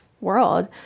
world